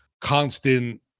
constant